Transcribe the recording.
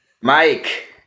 Mike